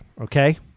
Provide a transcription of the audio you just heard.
okay